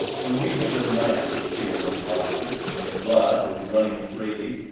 when we have been lanced here in boston and the blood is running freely,